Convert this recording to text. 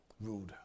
rude